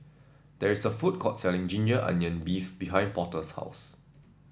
there is a food court selling ginger onion beef behind Porter's house